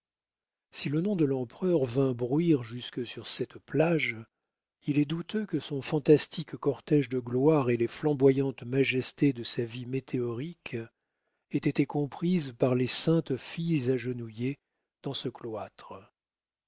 si le nom de l'empereur vint bruire jusque sur cette plage il est douteux que son fantastique cortége de gloire et les flamboyantes majestés de sa vie météorique aient été comprises par les saintes filles agenouillées dans ce cloître